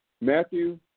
Matthew